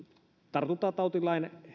tartuntatautilain